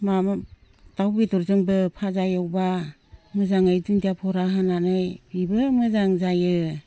माबा दाउ बेदरजोंबो भाजा एवबा मोजाङै दुन्दिया बरा होनानै बेबो मोजां जायो